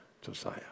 Josiah